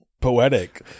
poetic